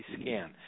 scan